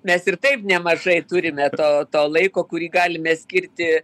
mes ir taip nemažai turime to to laiko kurį galime skirti